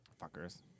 Fuckers